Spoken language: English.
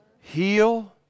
heal